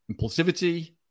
impulsivity